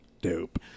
Dope